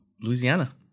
Louisiana